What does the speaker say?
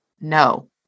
No